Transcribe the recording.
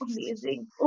Amazing